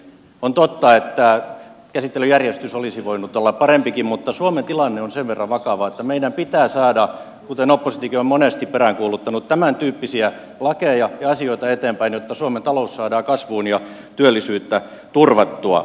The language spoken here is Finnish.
on totta että käsittelyjärjestys olisi voinut olla parempikin mutta suomen tilanne on sen verran vakava että meidän pitää saada kuten oppositiokin on monesti peräänkuuluttanut tämäntyyppisiä lakeja ja asioita eteenpäin jotta suomen talous saadaan kasvuun ja työllisyyttä turvattua